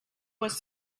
was